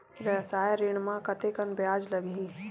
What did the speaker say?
व्यवसाय ऋण म कतेकन ब्याज लगही?